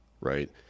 right